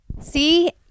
see